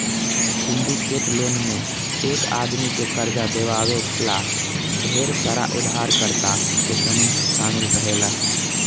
syndicate loan में एक आदमी के कर्जा दिवावे ला ढेर सारा उधारकर्ता के समूह शामिल रहेला